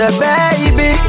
baby